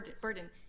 burden